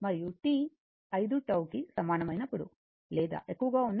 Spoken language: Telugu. మరియు t 5 τ కి సమానమైనప్పుడు లేదా ఎక్కువగా ఉన్నప్పుడు